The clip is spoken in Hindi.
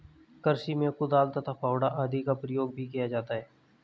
कृषि में कुदाल तथा फावड़ा आदि का प्रयोग भी किया जाता है